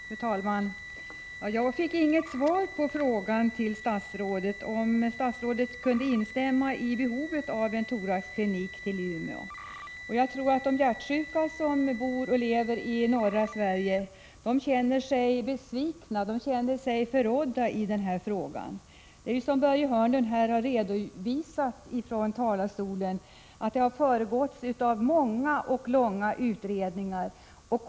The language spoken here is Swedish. Fru talman! Jag fick inget svar på min fråga till statsrådet om statsrådet kunde instämma i att det behövs en thoraxklinik i Umeå. Jag tror att de hjärtsjuka som bor och lever i norra Sverige är besvikna. De känner sig förrådda i den här frågan. Det är ju så, som Börje Hörnlund har redovisat här från talarstolen, att många och långa utredningar har förevarit.